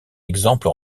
exemple